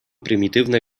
prymitywne